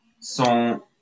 sont